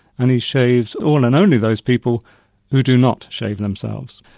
and he shaves all and only those people who do not shave themselves.